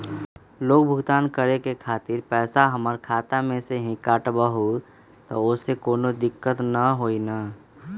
Loan भुगतान करे के खातिर पैसा हमर खाता में से ही काटबहु त ओसे कौनो दिक्कत त न होई न?